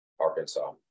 Arkansas